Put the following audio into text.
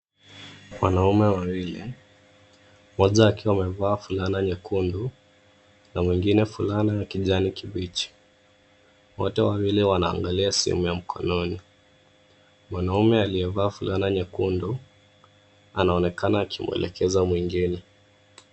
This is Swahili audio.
Wanaume wawili mmoja akiwa amevaa fulana nyekundu na mwingine fulani kibichi wote wawili wanaangalia sehemu ya mkononi ,mwanaume aliyevaa fulana nyekundu anaonekana akimwelekeza mwingine.